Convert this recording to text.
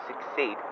succeed